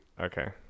Okay